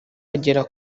agera